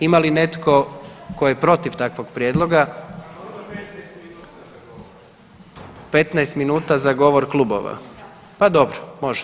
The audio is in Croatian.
Ima li netko tko je protiv takvog prijedloga? … [[Upadica: Ne razumije se.]] 15 minuta za govor klubova, pa dobro, može.